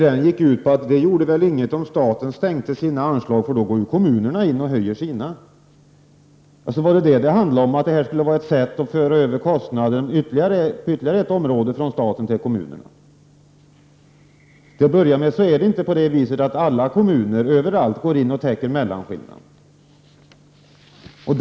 Det gick ut på att det inte gjorde någonting om staten inskränkte sina anslag, för då går kommunen in och höjer sina. Var det alltså detta det handlade om, att det skulle vara ett sätt att föra över kostnader på ytterligare ett område från staten till kommunerna? Är det inte så att alla kommuner överallt går in och täcker mellanskillnaden?